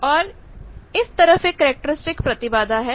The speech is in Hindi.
और इस तरफ एक कैरेक्टरिस्टिक प्रतिबाधा है